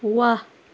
वाह